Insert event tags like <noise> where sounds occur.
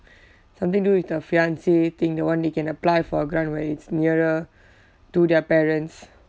something to do with the fiance thing the [one] they can apply for a grant where it's <breath> nearer to their parents